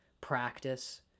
practice